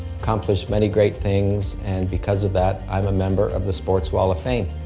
accomplished many great things. and because of that i'm a member of the sports wall of fame.